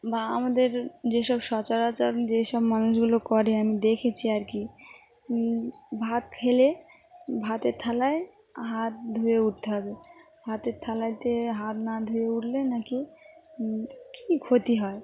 বা আমাদের যেসব সচরাচর যেসব মানুষগুলো করে আমি দেখেছি আর কি ভাত খেলে ভাতের থালায় হাত ধুয়ে উঠতে হবে হাতের থালাতে হাত না ধুয়ে উঠলে নাকি কী ক্ষতি হয়